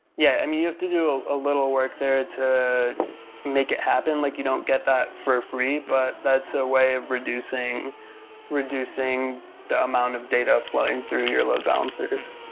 yeah. you have to do a little work there to make it happen. like you don't get that for free, but that's a way of reducing reducing the amount of data flowing through your load balancers.